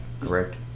correct